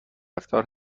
رفتار